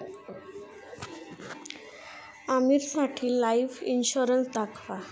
आमीरसाठी life insurance दाखवा